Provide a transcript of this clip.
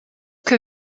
que